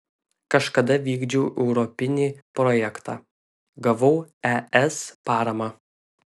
kažkada vykdžiau europinį projektą gavau es paramą